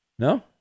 No